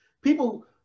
people